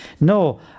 No